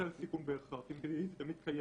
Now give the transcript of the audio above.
הסיכון תמיד קיים.